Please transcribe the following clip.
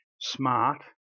smart